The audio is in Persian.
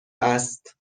است